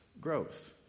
growth